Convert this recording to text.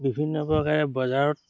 বিভিন্ন প্ৰকাৰে বজাৰত